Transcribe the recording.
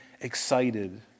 excited